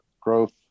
growth